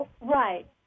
Right